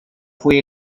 fue